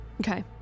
Okay